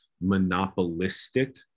monopolistic